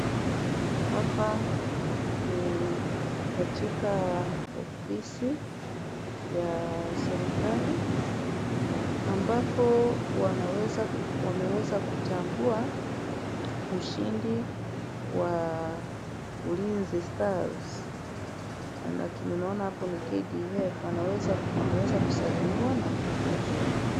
Hapa ni katika ofisi, ya serikali, ambapo wanaweza ku- wameweza kutambua ushindi wa ulinzi stars. Anatu nimeona hapo ni KDF, anaweza ku- ameweza kusalimiwa na kutuzwa.